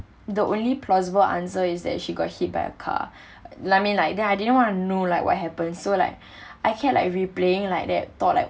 the only plausible answer is that she got hit by a car like I mean like then I didn't want to know like what happened so like I kept like replaying like that thought that